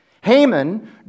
Haman